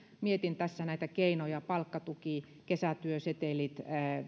mietin tässä näitä keinoja palkkatuki kesätyösetelit